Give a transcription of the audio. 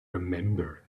remember